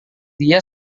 dia